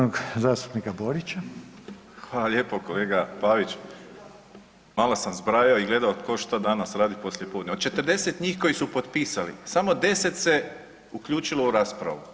Hvala lijepo, kolega Pavić, malo sam zbrajao i gledao tko šta danas radi poslijepodne, od 40 njih koji su potpisali samo 10 se uključilo u raspravu.